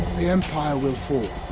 the empire will fall.